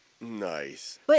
Nice